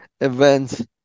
events